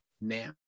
now